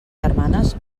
germanes